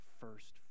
first